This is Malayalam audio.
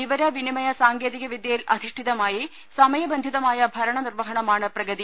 വിവര വിനിമയ സാങ്കേതിക വിദ്യയിൽ അധിഷ്ഠിതമായി സമയബന്ധിതമായ ഭരണനിർവ്വഹണമാണ് പ്രഗതി